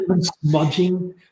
smudging